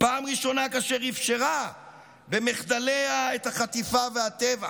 פעם ראשונה כאשר אפשרה במחדליה את החטיפה והטבח,